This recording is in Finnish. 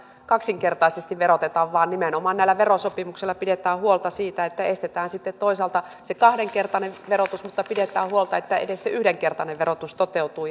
kaksinkertaisesti veroteta vaan nimenomaan näillä verosopimuksilla pidetään huolta siitä että estetään toisaalta se kahdenkertainen verotus mutta pidetään huolta että edes se yhdenkertainen verotus toteutuu